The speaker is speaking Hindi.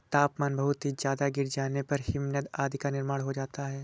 तापमान बहुत ही ज्यादा गिर जाने पर हिमनद आदि का निर्माण हो जाता है